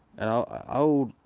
and. old,